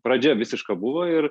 pradžia visiška buvo ir